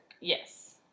Yes